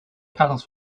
pedals